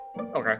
okay